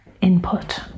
input